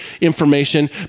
information